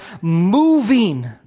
moving